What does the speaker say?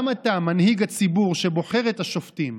גם אתה, מנהיג הציבור שבוחר את השופטים